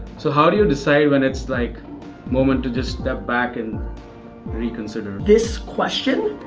so how do you decide when it's like moment to just step back and reconsider? this question